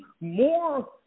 more